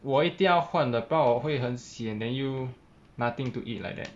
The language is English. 我一定要换的不然我会很 sian then 又 nothing to eat like that